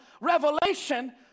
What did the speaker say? revelation